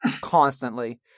constantly